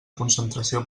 concentració